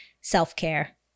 self-care